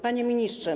Panie Ministrze!